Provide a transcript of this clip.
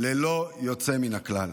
ללא יוצא מן הכלל.